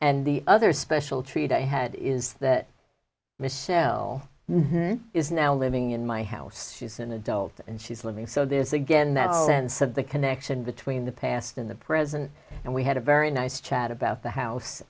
and the other special treat i had is that michelle is now living in my house she's an adult and she's living so there's again that sense of the connection between the past in the present and we had a very nice chat about the house